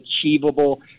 achievable